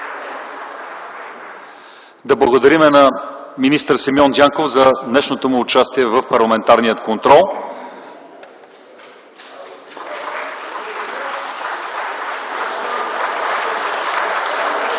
Да благодарим на министър Симеон Дянков за днешното му участие в парламентарния контрол.